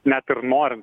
net ir norint